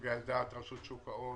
על דעת רשות שוק ההון